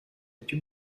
più